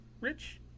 Rich